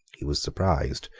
he was surprised,